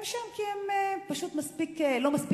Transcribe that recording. הם שם כי הם פשוט לא מספיק חזקים.